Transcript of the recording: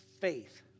faith